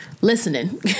listening